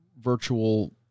virtual